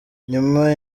nyuma